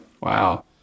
Wow